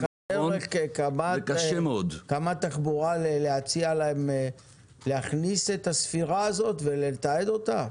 יש לך דרך כקמ"ט תחבורה להציע להם להכניס את הספירה הזו ולתעד אותה?